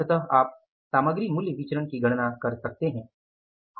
अंतत आप सामग्री मूल्य विचरण की गणना कर सकते हैं